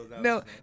No